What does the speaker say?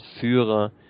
Führer